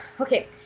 okay